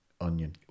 onion